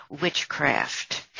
witchcraft